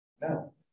No